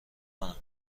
کنم